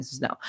no